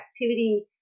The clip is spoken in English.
activity